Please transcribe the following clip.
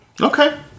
Okay